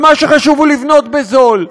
ומה שחשוב הוא לבנות בזול.